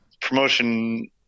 promotion